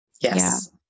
yes